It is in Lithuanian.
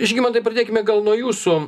žygimantai pradėkime gal nuo jūsų